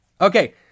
Okay